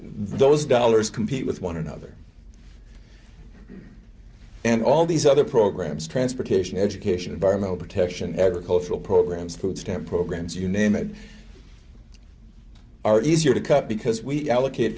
those dollars compete with one another and all these other programs transportation education environmental protection agricultural programs food stamp programs you name it are easier to cut because we allocated